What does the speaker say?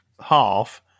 half